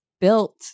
built